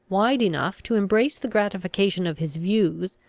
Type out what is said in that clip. wide enough to embrace the gratification of his views,